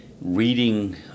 reading